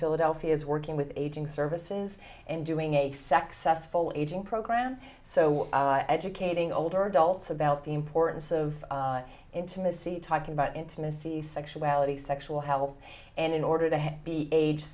philadelphia is working with aging services and doing a sex s full aging program so educating older adults about the importance of intimacy talking about intimacy sexuality sexual health and in order to